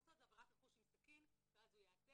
לעשות זה עבירת רכוש עם סכין ואז הוא ייעצר.